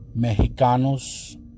Mexicanos